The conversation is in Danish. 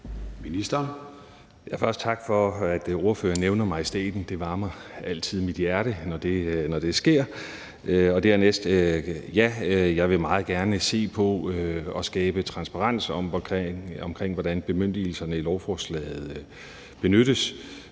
Aagaard): Først tak for, at ordføreren nævner majestæten. Det varmer altid mit hjerte, når det sker, og dernæst: Ja, jeg vil meget gerne se på at skabe transparens omkring, hvordan bemyndigelserne i lovforslaget benyttes.